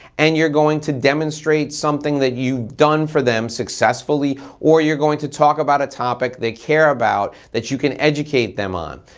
and you're going to demonstrate something that you've done for them successfully or you're going to talk about a topic they care about that you can educate them on.